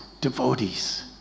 devotees